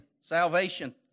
salvation